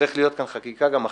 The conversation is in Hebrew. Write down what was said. צריכה להיות כאן גם חקיקה אחראית.